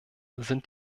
sind